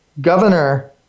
governor